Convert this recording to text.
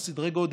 על סדרי גודל